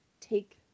take